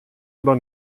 oder